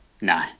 No